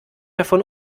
davon